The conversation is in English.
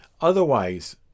Otherwise